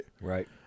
Right